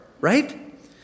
right